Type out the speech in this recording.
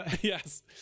Yes